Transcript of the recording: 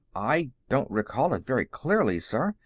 i don't recall it very clearly, sir.